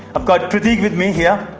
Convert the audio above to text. i've got pratik with me here.